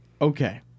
Okay